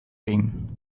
egin